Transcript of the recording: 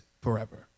forever